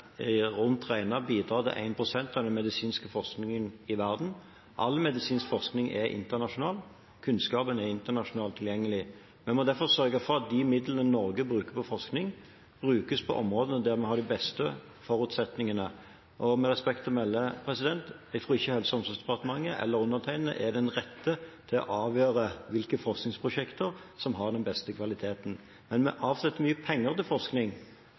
rundt regnet bidra til én prosent av den medisinske forskningen i verden. All medisinsk forskning er internasjonal, kunnskapen er internasjonalt tilgjengelig, og vi må derfor sørge for at de midlene Norge bruker på forskning, brukes på de områdene der vi har de beste forutsetningene. Og med respekt å melde: Jeg tror ikke Helse- og omsorgsdepartementet – eller undertegnede – er den rette til å avgjøre hvilke forskningsprosjekter som har den beste kvaliteten. Men vi avsetter mye penger til forskning,